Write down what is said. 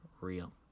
real